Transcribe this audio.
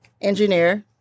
engineer